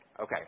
Okay